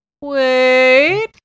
Wait